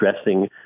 addressing